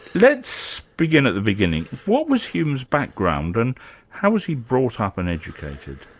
let's begin at the beginning. what was hume's background, and how was he brought up and educated?